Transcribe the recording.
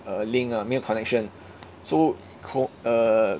uh link ah 没有 connection so co~ uh